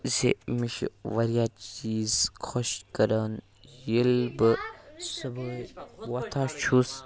زِ مےٚ چھِ واریاہ چیٖز خۄش کران ییٚلہ بہ صُبحٲے وۄتھان چھُس